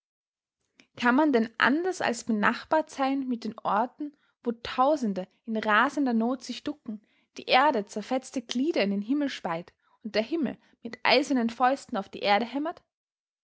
kann man denn anders als benachbart sein mit den orten wo tausende in rasender not sich ducken die erde zerfetzte glieder in den himmel speit und der himmel mit eisernen fäusten auf die erde hämmert